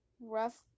rough